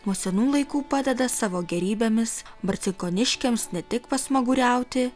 nuo senų laikų padeda savo gėrybėmis marcinkoniškiams ne tik pasmaguriauti